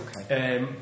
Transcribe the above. okay